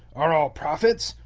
are all prophets?